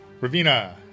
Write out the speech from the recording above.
Ravina